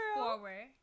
forward